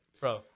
bro